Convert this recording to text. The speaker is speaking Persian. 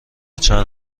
چند